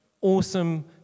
awesome